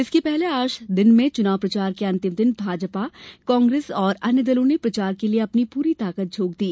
इसके पहले आज दिन में चुनाव प्रचार के अंतिम दिन भाजपा कांग्रेस और अन्य दलों ने प्रचार के लिए अपनी पूरी ताकत झोंक दी